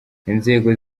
inzego